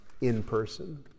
in-person